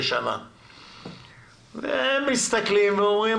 הם מסתכלים ואומרים